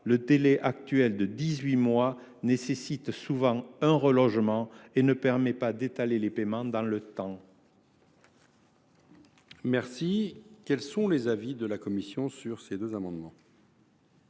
le délai actuel de dix huit mois nécessite souvent un relogement et ne permet pas d’étaler les paiements dans le temps. Quel est l’avis de la commission ? Ces amendements